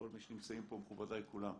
כל מי שנמצאים פה, מכובדיי כולם,